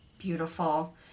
beautiful